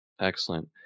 Excellent